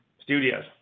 studios